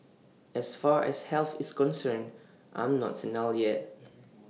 as far as health is concerned I'm not senile yet